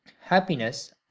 Happiness